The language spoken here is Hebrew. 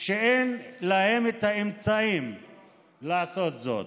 שאין להם את האמצעים לעשות זאת.